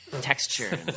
texture